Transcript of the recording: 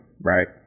right